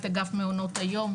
את אגף מעונות היום,